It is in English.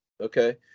Okay